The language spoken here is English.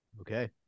Okay